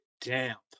damp